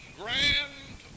grand